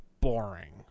boring